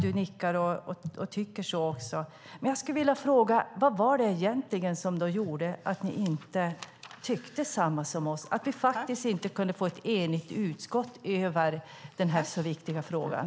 Du nickar och håller med, men jag vill fråga: Vad var det egentligen som gjorde att vi faktiskt inte kunde få ett enigt utskott i den här så viktiga frågan?